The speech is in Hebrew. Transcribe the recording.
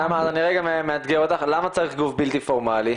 למה צריך גוף בלתי פורמלי?